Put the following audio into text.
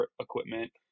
equipment